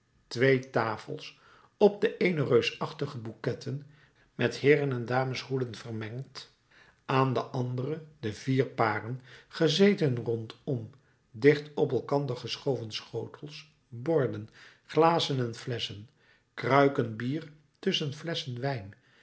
twee tafels op de eene reusachtige bouquetten met heeren en dameshoeden vermengd aan de andere de vier paren gezeten rondom dicht op elkander geschoven schotels borden glazen en flesschen kruiken bier tusschen flesschen wijn